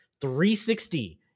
360